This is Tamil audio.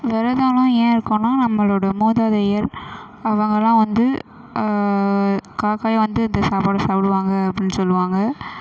விரதெல்லாம் ஏன் இருக்கோன்னா நம்மளோடய மூதாதையர் அவங்கெல்லாம் வந்து காக்காயா வந்து அந்த சாப்பாடை சாப்பிடுவாங்க அப்படின்னு சொல்லுவாங்க